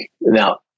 Now